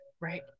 right